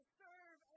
serve